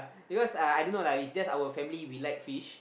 because uh I don't know lah is just our family we like fish